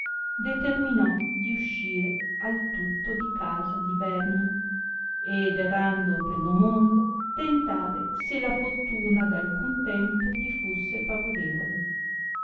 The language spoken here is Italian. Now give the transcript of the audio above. determinò di uscire al tutto di casa di bernio ed errando per lo mondo tentare se la fortuna ad alcun tempo li fusse favorevole